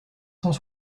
cent